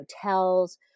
hotels